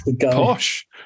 Posh